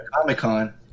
comic-con